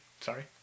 Sorry